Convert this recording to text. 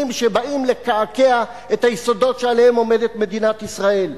שבאים לקעקע את היסודות שעליהם עומדת מדינת ישראל?